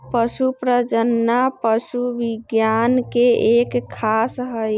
पशु प्रजनन पशु विज्ञान के एक शाखा हई